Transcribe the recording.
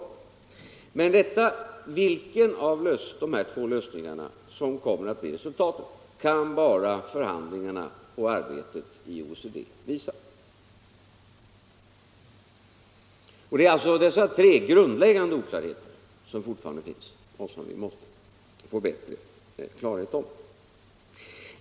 Vilken av dessa två lösningar man kommer att stanna för kan bara 95 lansproblemen på grund av de höjda oljepriserna förhandlingarna och arbetet i OECD visa. Det är alltså på dessa tre grundläggande punkter som vi måste få bättre klarhet.